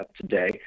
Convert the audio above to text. today